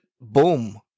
boom